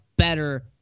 better